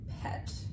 pet